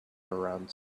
around